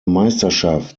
meisterschaft